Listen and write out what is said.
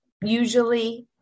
usually